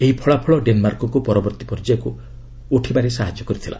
ଏହି ଫଳାଫଳ ଡେନ୍ମାର୍କକୁ ପରବର୍ତ୍ତୀ ପର୍ଯ୍ୟାୟକୁ ଉଠିବାରେ ସାହାଯ୍ୟ କରିଥିଲା